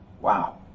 Wow